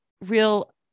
real